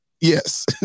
Yes